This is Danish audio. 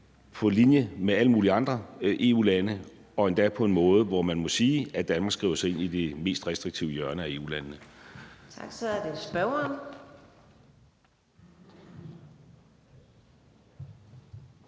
på linje med alle mulige andre EU-lande og endda på en måde, hvor man må sige, at Danmark skriver sig ind i det mest restriktive hjørne af EU-landene.